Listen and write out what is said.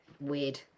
weird